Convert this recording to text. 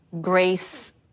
grace